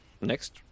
Next